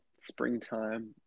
springtime